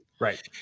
Right